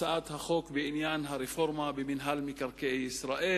גם הצעת החוק בעניין הרפורמה במינהל מקרקעי ישראל.